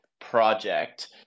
project